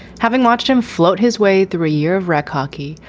having watched him float his way through a year of rec hockey,